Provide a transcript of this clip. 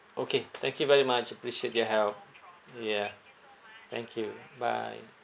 okay thank you very much appreciate your help ya thank you bye